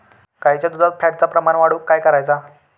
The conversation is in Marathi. गाईच्या दुधात फॅटचा प्रमाण वाढवुक काय करायचा?